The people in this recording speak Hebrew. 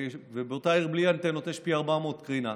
ובאותה עיר בלי אנטנות יש פי 400 קרינה.